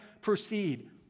proceed